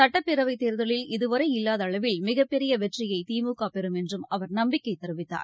சட்டப்பேரவைத் தேர்தலில் இதுவரை இல்வாதஅளவில் மிகப்பெரியவெற்றியைதிமுகபெறும் என்றும் நம்பிக்கைதெரிவித்தார்